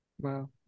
Wow